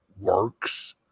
works